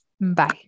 Bye